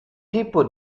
tipo